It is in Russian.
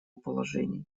положений